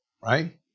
Right